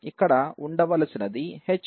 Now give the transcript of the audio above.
ఇక్కడ వుండాల్సినది h cubed h squared కాదు